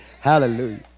Hallelujah